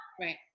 Right